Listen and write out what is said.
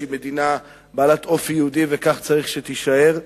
היא מדינה בעלת אופי יהודי וכך צריך שיישאר,